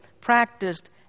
practiced